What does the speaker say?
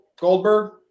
Goldberg